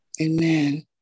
Amen